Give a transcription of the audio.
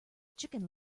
chicken